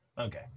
okay